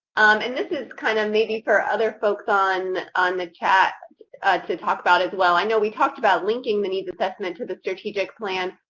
and this is kind of maybe for other folks on on the chat to talk about as well. i know we talked about linking the needs assessment to the strategic plan.